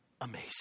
amazing